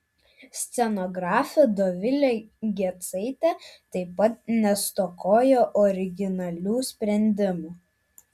scenografė dovilė gecaitė taip pat nestokojo originalių sprendimų